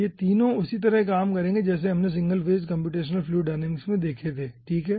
ये तीनो उसी तरह काम करेंगे जैसे हमने single phase computational fluid dynamics में देखे थे ठीक है